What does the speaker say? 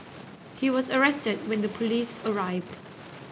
he was arrested when the police arrived